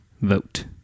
vote